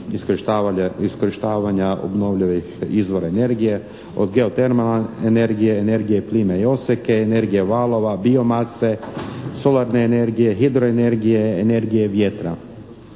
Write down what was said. iskorištavanja obnovljivih izvora energije od geotermalne energije, energije plime i oseke, energije valova, biomase, solarne energije, hidroenergije, energije vjetra.